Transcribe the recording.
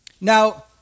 Now